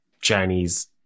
Chinese